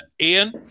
Ian